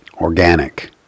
Organic